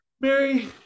Mary